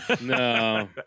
no